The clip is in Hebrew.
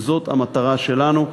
וזאת המטרה שלנו,